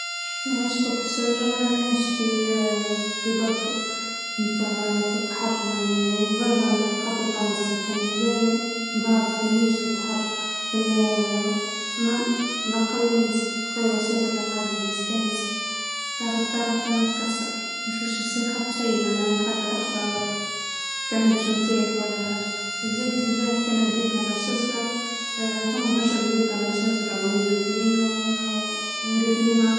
أعتقد إني راح أختار بيت الشجرة لمعة لإنو أنا بحب مبدأ الثبات الأصل في في الوجود البيت هوالثبات، مو جصة ماك بيصلح للسكن لا ما بحب جصة ان شي يكون متحرك جاهز للحركة بأي وقت، الثبات أهم شي عندي.